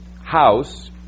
house